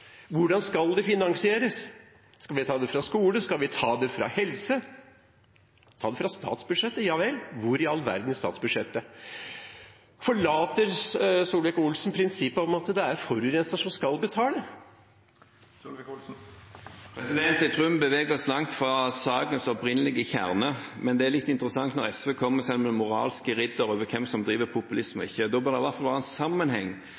hvordan skal det finansieres? Skal vi ta det fra skole? Skal vi ta det fra helse? Ta det fra statsbudsjettet – ja vel. Hvor i all verden i statsbudsjettet? Forlater Solvik-Olsen prinsippet om at det er forurenseren som skal betale? Jeg tror vi beveger oss langt fra sakens opprinnelige kjerne, men det er litt interessant når SV kommer som moralske riddere og sier hvem som driver med populisme og ikke. Da bør det i hvert fall være en sammenheng